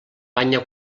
banya